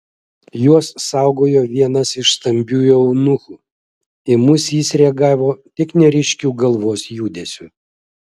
juos saugojo vienas iš stambiųjų eunuchų į mus jis reagavo tik neryškiu galvos judesiu